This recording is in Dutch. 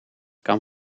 kan